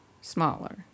smaller